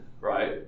right